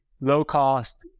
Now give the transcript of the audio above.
low-cost